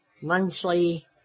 monthly